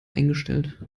eingestellt